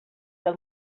del